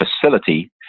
facility